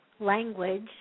language